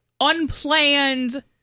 unplanned